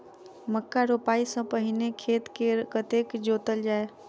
मक्का रोपाइ सँ पहिने खेत केँ कतेक जोतल जाए?